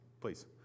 please